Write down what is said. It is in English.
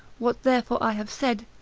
what therefore i have said,